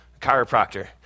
Chiropractor